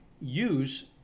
use